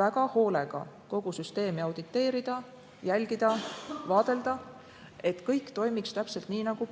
väga hoolega auditeerida, jälgida ja vaadelda, et kõik toimiks täpselt nii, nagu